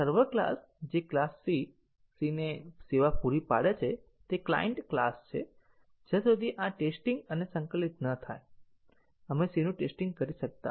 server class જે class C સીને સેવા પૂરી પાડે છે તે ક્લાયંટ ક્લાસ છે જ્યાં સુધી આ ટેસ્ટીંગ અને સંકલિત ન થાય આપણે સીનું ટેસ્ટીંગ કરી શકતા નથી